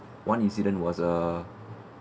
one incident was a